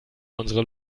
unsere